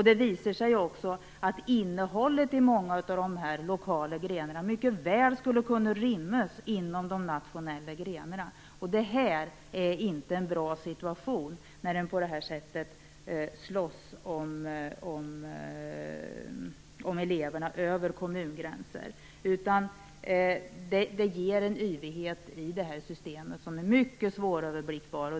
Det visar sig också att innehållet i många av de lokala grenarna mycket väl skulle kunna rymmas i de nationella grenarna. Det är inte någon bra situation när man på det här sättet slåss om eleverna över kommungränser. Det ger en yvighet i systemet som är mycket svåröverblickbar.